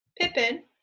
Pippin